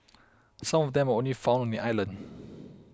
some of them are only found on the island